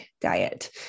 diet